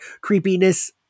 creepiness